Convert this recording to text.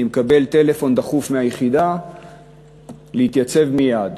אני מקבל טלפון דחוף מהיחידה להתייצב מייד.